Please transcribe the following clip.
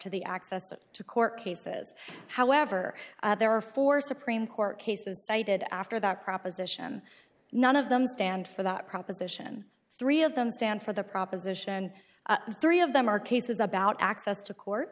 to the access to court cases however there are four supreme court cases cited after that proposition none of them stand for that proposition three of them stand for the proposition and three of them are cases about access to court